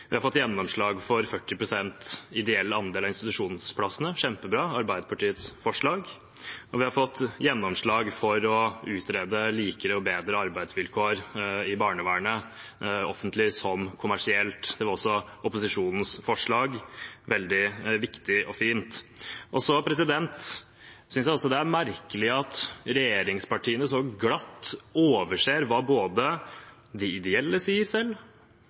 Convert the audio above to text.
Vi har fått gjennomslag for 40 pst. ideell andel av institusjonsplassene. Det er kjempebra og var Arbeiderpartiets forslag. Og vi har fått gjennomslag for å utrede likere og bedre arbeidsvilkår i barnevernet, offentlig som kommersielt. Det var også opposisjonens forslag og er veldig viktig og fint. Jeg synes også at det er merkelig at regjeringspartiene så glatt overser hva både de ideelle selv sier, hva barnevernsbarna selv